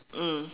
mm